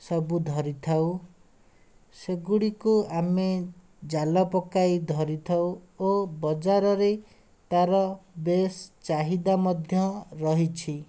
ସବୁ ଧରିଥାଉ ସେଗୁଡ଼ିକୁ ଆମେ ଜାଲ ପକାଇ ଧରିଥାଉ ଓ ବଜାରରେ ତା'ର ବେଶ୍ ଚାହିଦା ମଧ୍ୟ ରହିଛି